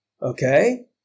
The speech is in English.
Okay